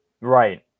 Right